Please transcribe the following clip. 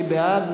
מי בעד?